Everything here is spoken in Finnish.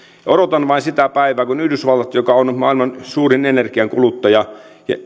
ja odotan vain sitä päivää kun yhdysvalloilla joka on maailman suurin energiankuluttaja